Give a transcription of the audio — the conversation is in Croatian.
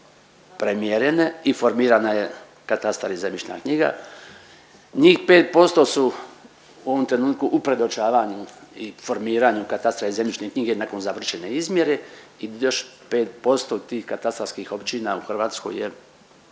premjerene i formirana je katastar i zemljišna knjiga. Njih 5% su u ovom trenutku u predočavanju i formiranju katastra i zemljišne knjige nakon završene izmjere i još 5% tih katastarskih općina u Hrvatskoj je